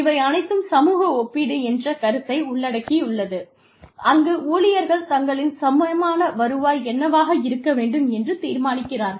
இவை அனைத்தும் சமூக ஒப்பீடு என்ற கருத்தை உள்ளடக்கியது அங்கு ஊழியர்கள் தங்களின் சமமான வருவாய் என்னவாக இருக்க வேண்டும் என்று தீர்மானிக்கிறார்கள்